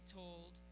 told